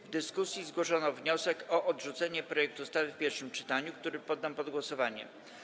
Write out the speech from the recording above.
W dyskusji zgłoszono wniosek o odrzucenie projektu ustawy w pierwszym czytaniu, który poddam pod głosowanie.